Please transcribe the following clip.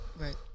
Right